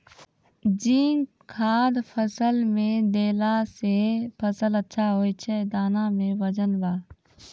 zinc खाद फ़सल मे देला से फ़सल अच्छा होय छै दाना मे वजन ब